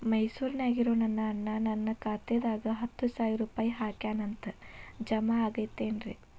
ಮೈಸೂರ್ ನ್ಯಾಗ್ ಇರೋ ನನ್ನ ಅಣ್ಣ ನನ್ನ ಖಾತೆದಾಗ್ ಹತ್ತು ಸಾವಿರ ರೂಪಾಯಿ ಹಾಕ್ಯಾನ್ ಅಂತ, ಜಮಾ ಆಗೈತೇನ್ರೇ?